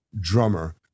drummer